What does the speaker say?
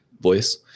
voice